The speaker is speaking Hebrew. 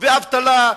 ואבטלה,